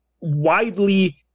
widely –